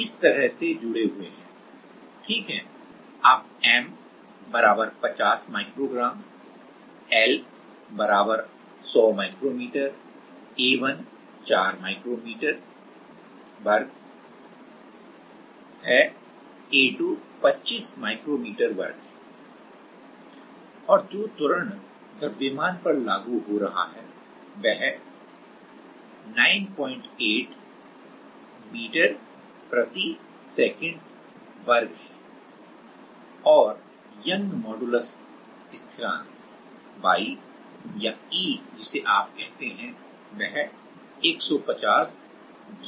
ठीक है अब m 50 microgram l 100 micrometre A1 4 micrometre वर्ग है A2 25 माइक्रोमीटर वर्ग है और जो त्वरण द्रव्यमान पर लागू हो रहा है वह 98ms2 है और यंग मॉडूलस स्थिरांक Young's modulus constant Y या E जिसे आप कहते हैं वह 150 GPa है